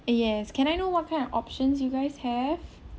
yes can I know what kind of options you guys have